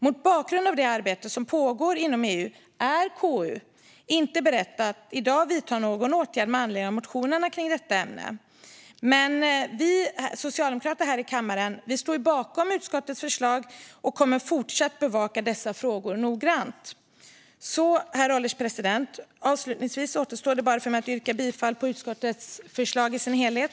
Mot bakgrund av det arbete som pågår inom EU är KU inte berett att i dag vidta någon åtgärd med anledning av motionerna i detta ämne. Vi socialdemokrater här i kammaren står bakom utskottets förslag och kommer att fortsätta att bevaka dessa frågor noggrant. Herr ålderspresident! Avslutningsvis återstår bara för mig att yrka bifall till utskottets förslag i dess helhet.